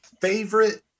Favorite